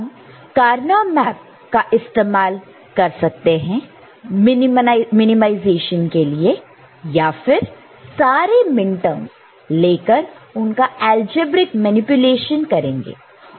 हम Karnaugh map का इस्तेमाल कर सकते हैं मिनिमाइजेशन के लिए या फिर सारे मिनटर्म्स लेकर उनका अलजेब्रिक मैनिपुलेशन करेंगे